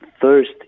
first